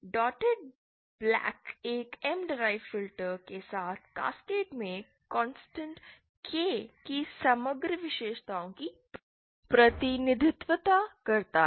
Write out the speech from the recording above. dotted black एक M derived के साथ कैस्केड में कॉन्स्टेंट K की समग्र विशेषताओं का प्रतिनिधित्व करता है